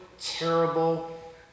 terrible